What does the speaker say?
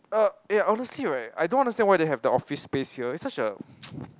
uh yeah honestly right I don't understand why they have the office space here it's such a